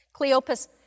Cleopas